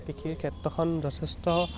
কৃষিৰ ক্ষেত্ৰখন যথেষ্ট